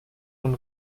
von